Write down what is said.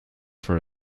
for